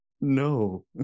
no